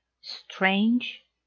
strange